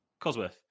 Cosworth